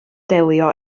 delio